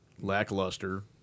lackluster